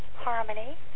harmony